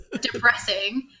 depressing